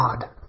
God